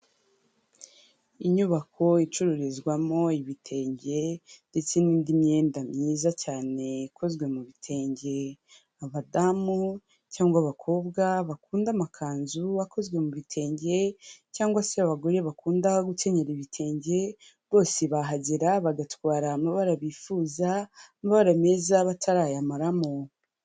Inyubako icururizwamo ibitenge ndetse n'indi myenda myiza cyane ikozwe mu bitenge, abadamu cyangwa abakobwa bakunda amakanzu akozwe mu bitenge cyangwa se abagore bakunda gukenyera ibitenge, bose bahagera bagatwara amabara bifuza, amabara meza batarayamaramo.